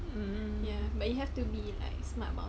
mm ya but you have to be like smart mah